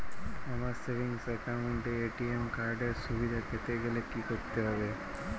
আমার savings account এ ATM card এর সুবিধা পেতে গেলে কি করতে হবে?